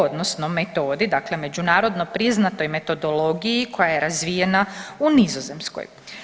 odnosno metodi, dakle međunarodno priznatoj metodologiji koja je razvijena u Nizozemskoj.